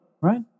right